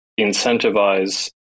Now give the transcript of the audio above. incentivize